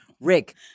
Rick